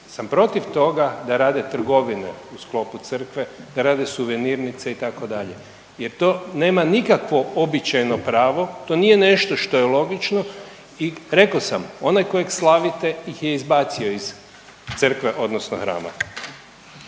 sam protiv toga da rade trgovine u sklopu crkve, da rade suvenirnice itd. Jer to nema nikakvo običajno pravo, to nije nešto što je logično i rekao sam onaj kojeg slavite ih je izbacio iz crkve odnosno hrama.